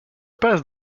passent